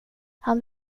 han